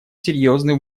серьезный